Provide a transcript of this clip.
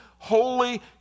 Holy